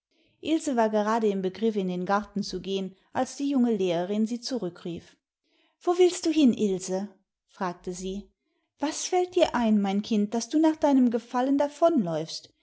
war gerade im begriff in den garten zu gehen als die junge lehrerin sie zurückrief wo willst du hin ilse fragte sie was fällt dir ein mein kind daß du nach deinem gefallen